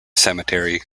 cemetery